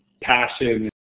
passion